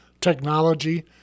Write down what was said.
technology